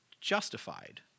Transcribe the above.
justified